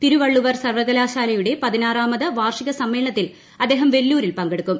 തിരുവള്ളുവർ സർവകലാശാലയുടെ പതിനാറാമത് വാർഷിക സമ്മേളനത്തിൽ അദ്ദേഹം വെല്ലൂരിൽ പങ്കെടുക്കും